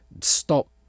stop